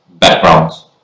Backgrounds